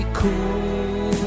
cool